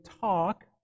talk